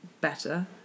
better